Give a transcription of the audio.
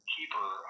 Keeper